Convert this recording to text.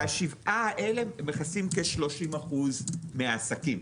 השבעה האלה מכסים כשלושים אחוז מהעסקים.